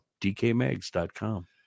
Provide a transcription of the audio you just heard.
DKMags.com